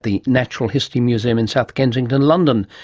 the natural history museum in south kensington, london,